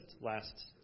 last